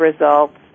results